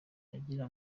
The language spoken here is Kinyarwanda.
kugira